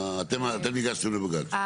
אתם הגשתם לבג"ץ.